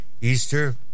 Easter